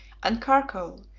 and charcoal,